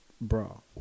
bro